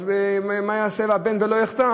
אז "מה יעשה הבן ולא יחטא"?